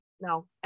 no